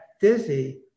Dizzy